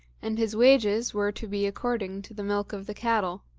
and his wages were to be according to the milk of the cattle.